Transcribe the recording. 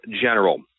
general